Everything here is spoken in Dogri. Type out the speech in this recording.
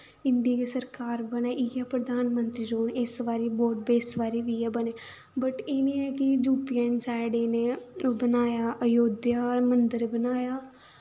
इं'दी गै सरकार बनै इ'यै प्रधानमंत्री रौह्न इस बारी वोट पे इस बारी बी इयै बनै बट एह् निं ऐ कि यू पी आह्ली साइड इन्नै ओह् बनाया अयोध्य मन्दर बनाया